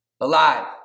Alive